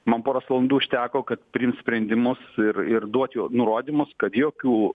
man poros valandų užteko kad priimt sprendimus ir ir duoti jau nurodymus kad jokių